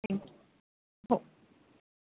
thank you हो